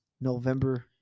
November